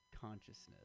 consciousness